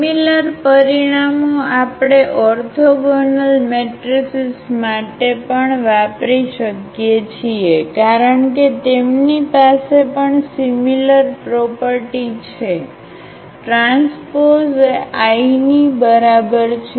similar પરિણામો આપણે orthogonal matrices માટે પણ વાપરી શકીએ છીએ કારણ કે તેમની પાસે પણ સિમિલર પ્રોપરટી છે ટ્રાન્સપોઝ એ I ની બરાબર છે